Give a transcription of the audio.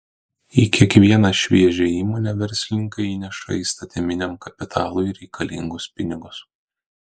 į kiekvieną šviežią įmonę verslininkai įneša įstatiniam kapitalui reikalingus pinigus